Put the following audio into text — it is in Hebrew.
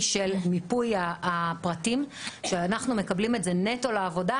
של מיפוי הפרטים כשאנחנו מקבלים את זה נטו לעבודה,